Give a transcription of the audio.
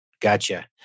Gotcha